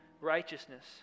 righteousness